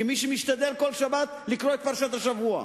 כמי שמשתדל בכל שבת לקרוא את פרשת השבוע.